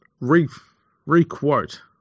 re-quote